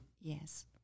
Yes